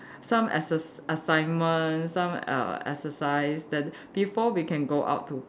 some excer~ assignments some err exercise then before we can go out to